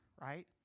right